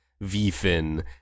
v-fin